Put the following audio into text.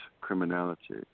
criminality